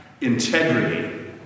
integrity